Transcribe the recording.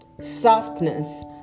softness